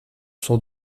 sont